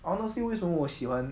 honestly 为什么我喜欢